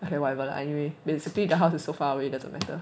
okay whatever lah anyway basically the house is so far away it doesn't matter